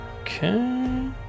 Okay